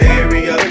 area